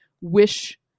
wish